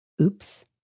Oops